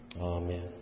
Amen